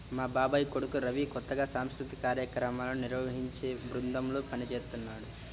మా బాబాయ్ కొడుకు రవి కొత్తగా సాంస్కృతిక కార్యక్రమాలను నిర్వహించే బృందంలో పనిజేత్తన్నాడు